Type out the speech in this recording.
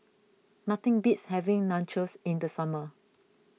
nothing beats having Nachos in the summer